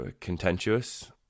contentious